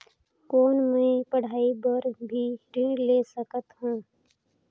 कौन मै पढ़ाई बर भी ऋण ले सकत हो?